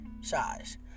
size